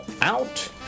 out